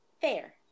Fair